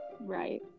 Right